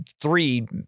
three